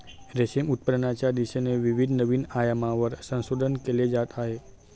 रेशीम उत्पादनाच्या दिशेने विविध नवीन आयामांवर संशोधन केले जात आहे